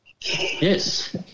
Yes